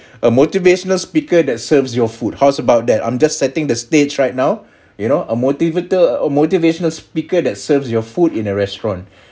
a motivational speaker that serves your food how's about that I'm just setting the stage right now you know a motivator a motivational speaker that serves your food in a restaurant